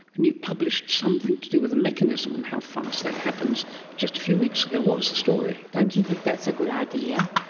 and you published something to do with the mechanism and how fast that happens just a few weeks ago. what was the story? don't you think that's a good idea?